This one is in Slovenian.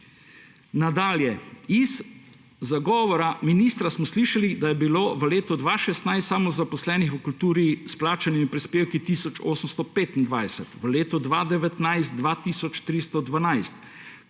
Nadalje. Iz zagovora ministra smo slišali, da je bilo v letu 2016 samozaposlenih v kulturi s plačanimi prispevki tisoč 825, v letu 2019 2